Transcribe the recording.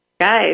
guys